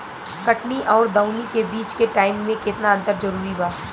कटनी आउर दऊनी के बीच के टाइम मे केतना अंतर जरूरी बा?